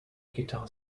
guitar